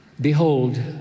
behold